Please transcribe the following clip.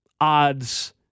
odds